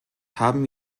haben